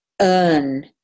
earn